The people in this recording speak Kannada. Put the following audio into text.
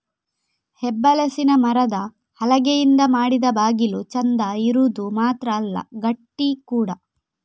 ಹೆಬ್ಬಲಸಿನ ಮರದ ಹಲಗೆಯಿಂದ ಮಾಡಿದ ಬಾಗಿಲು ಚಂದ ಇರುದು ಮಾತ್ರ ಅಲ್ಲ ಗಟ್ಟಿ ಕೂಡಾ